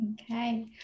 Okay